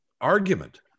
argument